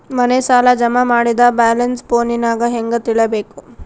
ಮನೆ ಸಾಲ ಜಮಾ ಮಾಡಿದ ಬ್ಯಾಲೆನ್ಸ್ ಫೋನಿನಾಗ ಹೆಂಗ ತಿಳೇಬೇಕು?